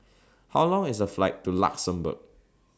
How Long IS The Flight to Luxembourg